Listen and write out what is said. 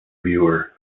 viewer